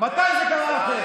מתי זה קרה לכם?